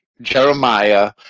Jeremiah